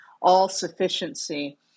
all-sufficiency